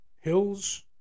hills